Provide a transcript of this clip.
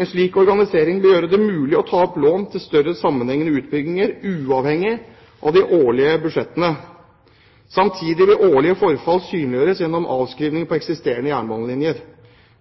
En slik organisering bør gjøre det mulig å ta opp lån til større sammenhengende utbygginger, uavhengig av de årlige budsjettene. Samtidig vil årlig forfall synliggjøres gjennom avskrivninger på eksisterende jernbanelinjer.